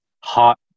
hot